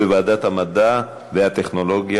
לוועדת המדע והטכנולוגיה